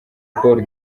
paul